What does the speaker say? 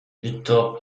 víctor